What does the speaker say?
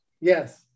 Yes